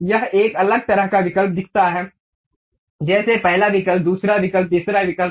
यह एक अलग तरह का विकल्प दिखाता है जैसे पहला विकल्प दूसरा विकल्प तीसरा विकल्प